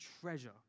treasure